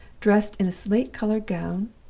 dressed in a slate-colored gown,